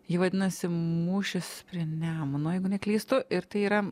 ji vadinasi mūšis prie nemuno jeigu neklystu ir tai yra